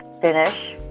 finish